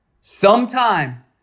sometime